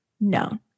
known